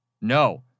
No